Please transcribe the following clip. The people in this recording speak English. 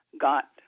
got